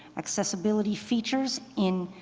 accessibility features in